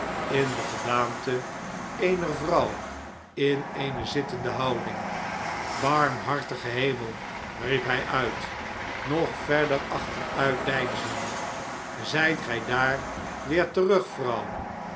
in de gedaante eener vrouw in eene zittende houding barmhartige hemel riep hij uit nog verder achteruit deinzende zijt ge daar weer